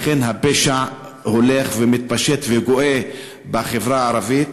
לכן, הפשע הולך, מתפשט וגואה בחברה הערבית.